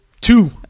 Two